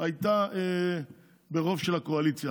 הייתה ברוב של הקואליציה.